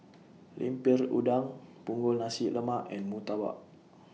Lemper Udang Punggol Nasi Lemak and Murtabak